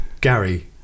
Gary